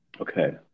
Okay